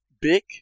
big